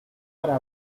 para